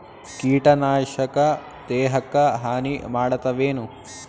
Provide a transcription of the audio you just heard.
ಕೀಟನಾಶಕ ದೇಹಕ್ಕ ಹಾನಿ ಮಾಡತವೇನು?